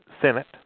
Senate